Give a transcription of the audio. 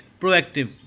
proactive